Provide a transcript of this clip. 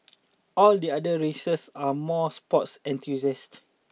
all the other races are more sports enthusiasts